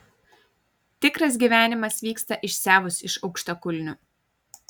tikras gyvenimas vyksta išsiavus iš aukštakulnių